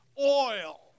oil